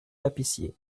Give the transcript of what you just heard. tapissiers